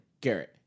Garrett